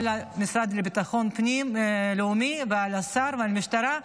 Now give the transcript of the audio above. על המשרד לביטחון לאומי ועל השר ועל המשטרה.